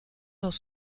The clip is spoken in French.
dans